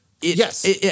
Yes